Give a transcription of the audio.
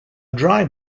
dry